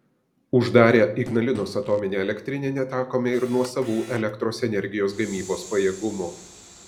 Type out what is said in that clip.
uždarę ignalinos atominę elektrinę netekome ir nuosavų elektros energijos gamybos pajėgumų